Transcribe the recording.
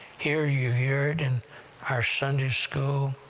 here, you hear in our sunday school,